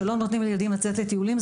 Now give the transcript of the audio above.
שבהם לא נותנים לילדים לצאת לטיולים,